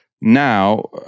now